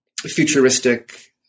futuristic